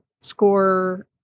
score